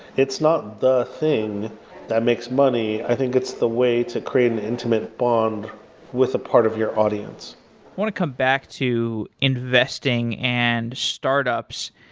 it's not the thing that makes money. i think it's the way to create an intimate bond with a part of your audience. i want to come back to investing and startups.